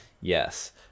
Yes